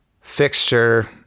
fixture